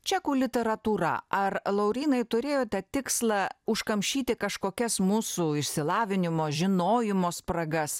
čekų literatūra ar laurynai turėjote tikslą užkamšyti kažkokias mūsų išsilavinimo žinojimo spragas